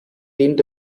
dient